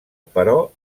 però